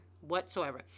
whatsoever